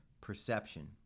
perception